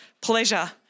pleasure